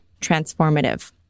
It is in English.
transformative